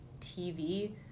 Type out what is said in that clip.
TV